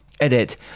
Edit